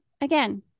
again